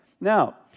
Now